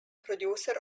producer